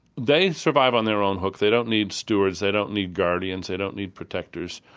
they and survive on their own hook, they don't need stewards, they don't need guardians, they don't need protectors.